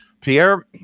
Pierre